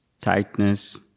tightness